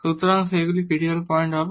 সুতরাং সেগুলি critical point হবে